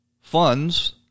funds